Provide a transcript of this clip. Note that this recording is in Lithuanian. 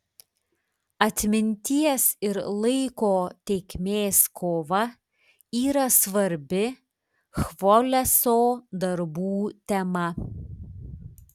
atminties ir laiko tėkmės kova yra svarbi chvoleso darbų tema